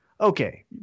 okay